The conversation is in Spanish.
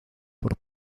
por